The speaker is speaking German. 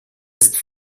ist